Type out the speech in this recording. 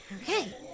Okay